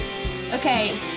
Okay